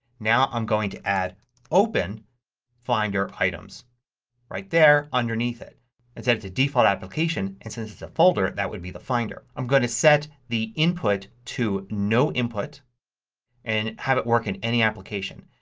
now i'm going to add open finder items right there underneath it and set it to default applications and since it's a folder that would be the finder. i'm going to set the input to no input and have it work in any application.